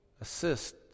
Assist